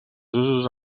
usos